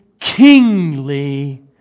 kingly